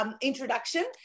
introduction